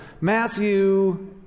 Matthew